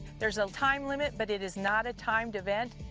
there's a time limit but it is not a timed event.